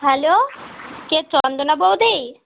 hello কে চন্দনা বৌদি